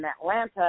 Atlanta